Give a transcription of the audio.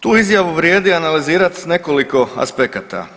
Tu izjavu vrijedi analizirati sa nekoliko aspekata.